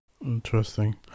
Interesting